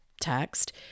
text